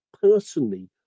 personally